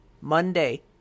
Monday